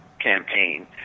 campaign